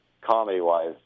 comedy-wise